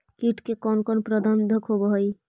किट के कोन कोन प्रबंधक होब हइ?